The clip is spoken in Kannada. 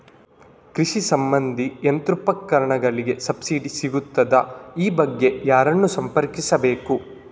ಕೃಷಿ ಸಂಬಂಧಿ ಯಂತ್ರೋಪಕರಣಗಳಿಗೆ ಸಬ್ಸಿಡಿ ಸಿಗುತ್ತದಾ? ಈ ಬಗ್ಗೆ ಯಾರನ್ನು ಸಂಪರ್ಕಿಸಬೇಕು?